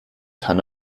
kann